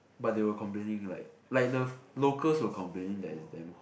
but they were complaining like like the locals were complaining that is damn ho~